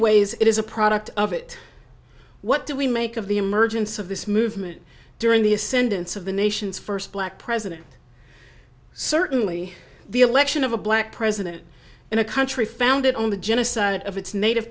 ways it is a product of it what do we make of the emergence of this movement during the ascendance of the nation's first black president certainly the election of a black president in a country founded on the genocide of its native